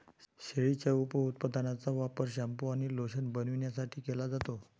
शेळीच्या उपउत्पादनांचा वापर शॅम्पू आणि लोशन बनवण्यासाठी केला जातो